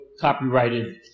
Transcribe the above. copyrighted